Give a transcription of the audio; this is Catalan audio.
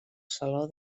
saló